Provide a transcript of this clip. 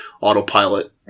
autopilot